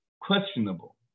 questionable